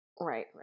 Right